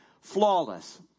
Flawless